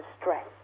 stress